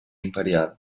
imperial